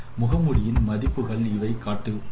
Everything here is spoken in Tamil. முகமூடியின் மதிப்புகள் இங்கே காட்டப்பட்டுள்ளன